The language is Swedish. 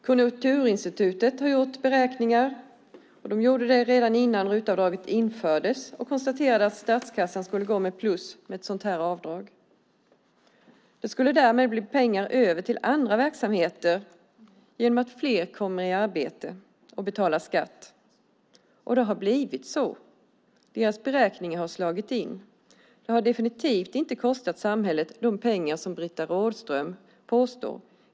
Konjunkturinstitutet har gjort beräkningar - de gjorde det redan innan RUT-avdraget infördes - och konstaterat att statskassan skulle gå med plus med ett sådant här avdrag. Det skulle därmed bli pengar över till andra verksamheter genom att fler kommer i arbete och betalar skatt. Det har blivit så. Deras beräkningar har slagit in. Det har definitivt inte kostat samhället de pengar som Britta Rådström påstår.